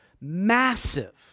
massive